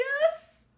Yes